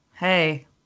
Hey